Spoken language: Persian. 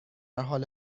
حال